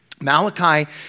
Malachi